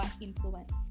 influence